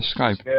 Skype